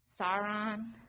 Sauron